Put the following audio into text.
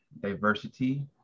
diversity